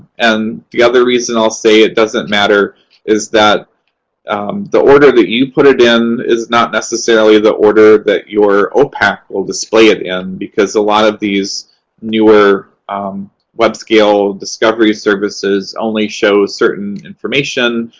and the other reason i'll say it doesn't matter is that the order that you put it in is not necessarily the order that your opac will display it in, because a lot of these newer web-scale discovery services only show certain information,